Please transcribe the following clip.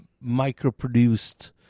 micro-produced